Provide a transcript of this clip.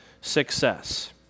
success